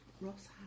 Ross